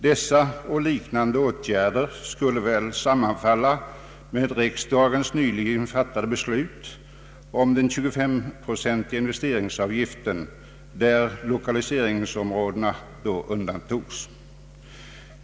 Dessa och liknande åtgärder skulle väl sammanfalla med riksdagens nyligen fattade beslut om den tjugofemprocentiga investeringsavgiften där lokaliseringsområdena då undantogs.